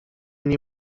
nie